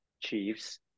Chiefs